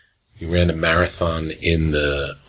he ran a marathon in the